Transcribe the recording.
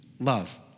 love